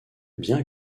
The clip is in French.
bien